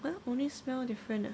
!huh! only smell different ah